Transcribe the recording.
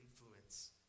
influence